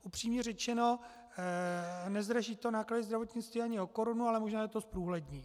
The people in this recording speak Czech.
Upřímně řečeno, nezdraží to náklady zdravotnictví ani o korunu, ale můžeme to zprůhlednit.